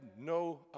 no